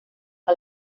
que